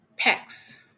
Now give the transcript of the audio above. pecs